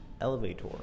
elevator